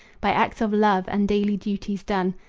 by acts of love and daily duties done,